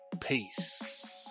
Peace